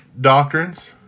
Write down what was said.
doctrines